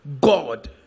God